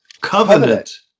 Covenant